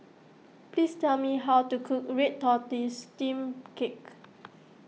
please tell me how to cook Red Tortoise Steamed Cake